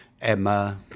Emma